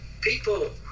people